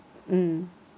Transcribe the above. mm